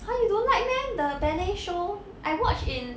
!huh! you don't like meh the ballet show I watched in